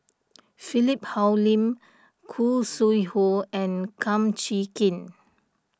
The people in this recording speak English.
Philip Hoalim Khoo Sui Hoe and Kum Chee Kin